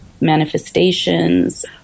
manifestations